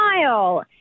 smile